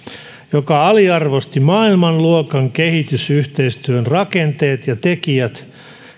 joka aliarvosti maailmanluokan kehitysyhteistyön rakenteet ja tekijät